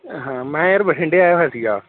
ਹਾਂ ਮੈਂ ਯਾਰ ਬਠਿੰਡੇ ਆਇਆ ਹੋਇਆ ਸੀਗਾ